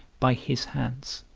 by his hands.